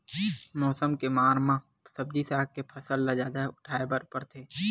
मउसम के मार म सब्जी साग के फसल ल जादा उठाए बर परथे